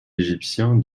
égyptien